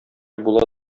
була